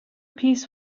piece